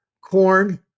corn